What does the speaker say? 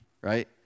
Right